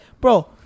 bro